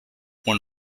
when